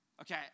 Okay